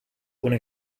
ohne